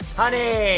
Honey